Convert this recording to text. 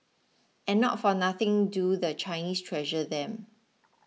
and not for nothing do the Chinese treasure them